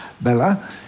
Bella